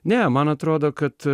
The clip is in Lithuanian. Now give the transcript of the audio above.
ne man atrodo kad